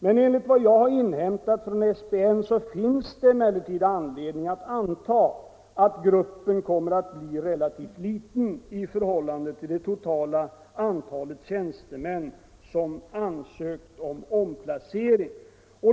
Men enligt vad jag har inhämtat från SPN finns det anledning att anta att gruppen kommer att bli relativt liten i förhållande till det totala antalet tjänstemän som ansökt om omplacering.